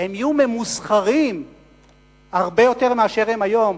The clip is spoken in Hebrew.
הם יהיו ממוסחרים הרבה יותר מאשר הם היום,